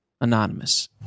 Anonymous